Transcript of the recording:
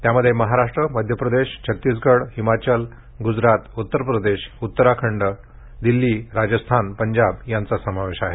त्यामध्येही महाराष्ट्र मध्यप्रदेश छतीसगड हिमाचल प्रदेश ग्जरात उतरप्रदेश उतराखंड दिल्ली राजस्थान पंजाबचा समावेश आहे